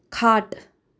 खाट